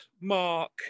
mark